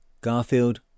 Garfield